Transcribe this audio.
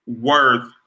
worth